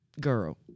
Girl